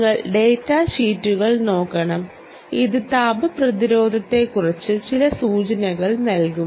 നിങ്ങൾ ഡാറ്റ ഷീറ്റുകൾ നോക്കണം ഇത് താപ പ്രതിരോധത്തെക്കുറിച്ച് ചില സൂചനകൾ നൽകും